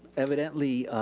evidently,